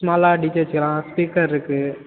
ஸ்மால்லாக DJ வச்சுக்கலாம் speaker இருக்கு